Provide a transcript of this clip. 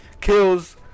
Kills